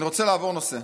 אני רוצה לעבור נושא.